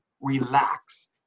relax